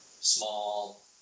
small